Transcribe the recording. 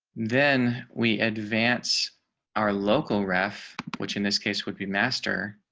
then we advance our local raf which in this case would be master.